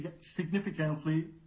significantly